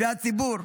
והציבור,